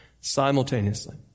simultaneously